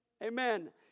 Amen